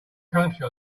country